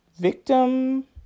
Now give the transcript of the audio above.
victim